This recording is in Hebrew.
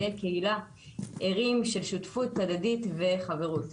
חיי קהילה ערים של שותפות הדדית וחברות.